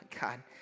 God